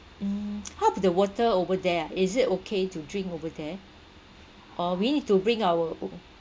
mm how about the water over there ah is it okay to drink over there or we need to bring our own